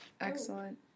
Excellent